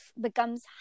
becomes